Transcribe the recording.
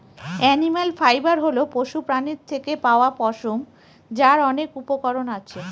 animal fibre হল পশুপ্রাণীর থেকে পাওয়া পশম, যার অনেক উপকরণ আছে